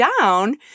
down